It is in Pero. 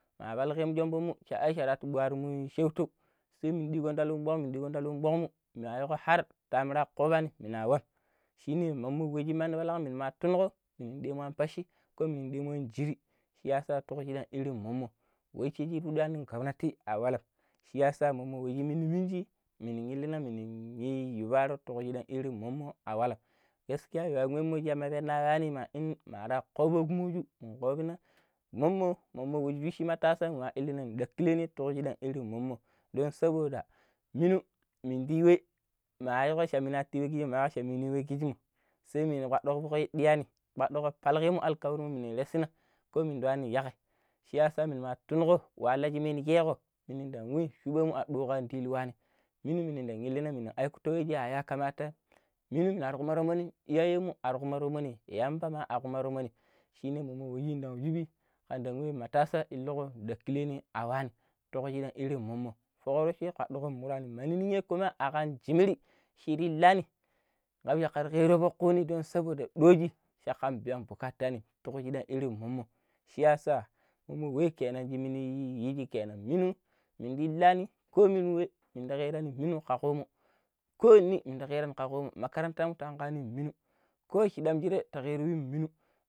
﻿ma balanga wujenmo gbumo shaasharatu gbalumai shatu simi dingo dalingbo agandi ligolimu kpamu kaiigo har tariman kobani minagoi shine mamunje mambiwalak nima tunugo shin anduwen pashi ko min dingwo jiri shiyasa taruyungbei irin mommoi we shu shindi rimoi gwamnati awalam shiyasa munyen mumunni munji lini yilinan ninyi yuɓarok toruyidan yuri mommo a wallan gaskiya yiyaumijank kamapenginari ma in mara ko kubechemu mu gobina mommo mommo guchi wuchi matasan iyilina gan joɗi nilin to yijiiɗai irin mommoi ɗoin saboda linu yin bindwe mayago shamina tibigi miyan shamina wugugijimo sei mina gwakoɗok koi iyani gɓageɗo kalaigeimo alkami runwurarei sina ko min duani yaggai shiyasa mina matunugo ka alaji mina geko mininda yun shubemu andugulandwi wane winu miniga minanye minaikatoji yayakamatain wulin na kuramoron wani iyayenmu areikuro mini yamba ma areikuro mani shini mumin ɗok yi jiɓi andagwen matassa inluku gwe kilini awain tokojugon irinmu mommoi kokuweshi ƙoɗigo ƙan wullanim minji kuma akan jirim shi shidan layuiani kabar ka juro kobi ni don saboda ɗuoji caƙƙam biyan bukatanni tukoshiɗa irinmu shiyasa iwume kenan kaminjamini wiji kenan munnun minda luani koni juɓe ndagaraini mukakomu koiini inda kairo kakomu makaranta tankaini minu ko shiɗam jure tarikain yilum.